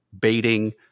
baiting